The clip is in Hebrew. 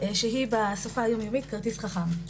שהיא בשפה היום-יומית כרטיס חכם.